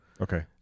okay